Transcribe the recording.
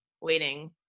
waiting